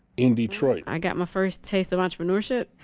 in detroit. i got my first taste of entrepreneurship,